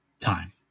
time